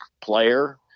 player